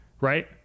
right